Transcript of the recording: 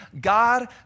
God